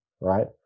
right